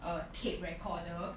uh tape recorder